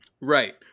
Right